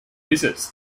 visits